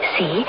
See